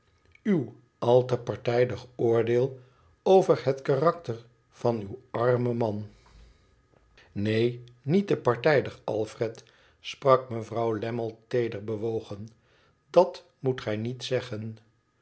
uw al te partijdig oordeel over het karakter van uw armen man neen niet te partijdig alfred sprak mevrouw lammie teeder be wogen dat moet gij niet zeggen